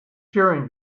during